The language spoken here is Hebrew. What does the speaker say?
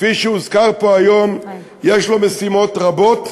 כפי שהוזכר פה היום, יש משימות רבות,